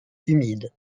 humides